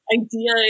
idea